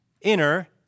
inner